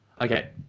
Okay